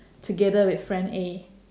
together with friend A